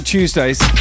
Tuesdays